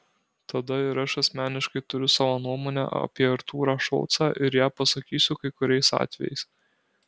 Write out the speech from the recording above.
tada ir aš asmeniškai turiu savo nuomonę apie artūrą šulcą ir ją pasakysiu kai kuriais atvejais